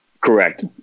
Correct